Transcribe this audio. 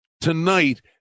tonight